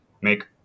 make